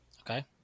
okay